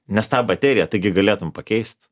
nes tą bateriją taigi galėtum pakeist